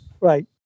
right